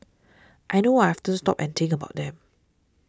I know I often stop and think about them